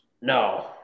No